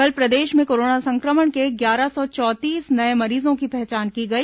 कल प्रदेश में कोरोना संक्रमण के ग्यारह सौ चौतीस नये मरीजों की पहचान की गई